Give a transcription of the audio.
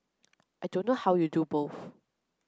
I don't know how you do both